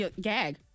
gag